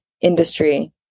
industry